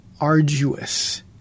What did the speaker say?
arduous